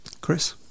Chris